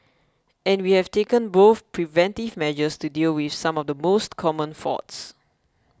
and we have taken both preventive measures to deal with some of the most common faults